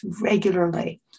regularly